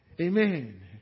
Amen